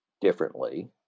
differently